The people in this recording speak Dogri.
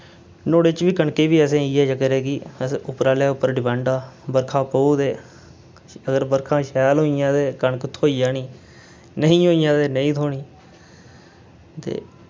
नुआढ़े च बी कनके बी असें इ'यै चक्कर ऐ कि अस उप्पर आह्ले उप्पर डिपैंड आं बरखा पौग ते अगर बरखां शैल होइयां ते कनक थ्होई जानी नेईं होइयां ते नेईं थ्होनी ते